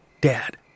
Dad